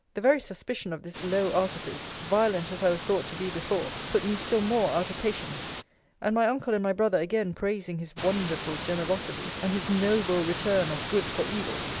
the very suspicion of this low artifice, violent as i was thought to be before, put me still more out of patience and my uncle and my brother again praising his wonderful generosity, and his noble return of good for evil,